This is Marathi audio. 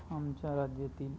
आमच्या राज्यातील